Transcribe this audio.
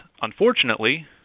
unfortunately